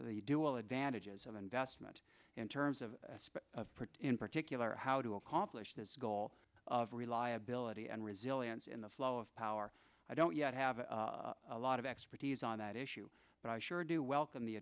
the dual advantages of investment in terms of in particular how to accomplish this goal of reliability and resilience in the flow of power i don't yet have a lot of expertise on that issue but i sure do welcome the